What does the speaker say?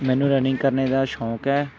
ਮੈਨੂੰ ਰਨਿੰਗ ਕਰਨੇ ਦਾ ਸ਼ੌਕ ਹੈ